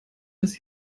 dass